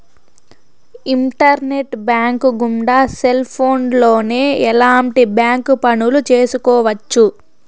internet bank గుండా cell ఫోన్లోనే ఎలాంటి బ్యాంక్ పనులు చేసుకోవచ్చు